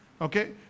Okay